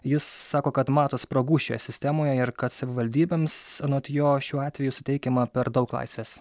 jis sako kad mato spragų šioje sistemoje ir kad savivaldybėms anot jo šiuo atveju suteikiama per daug laisvės